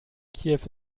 kiew